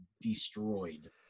destroyed